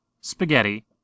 spaghetti